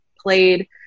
played